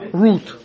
root